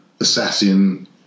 assassin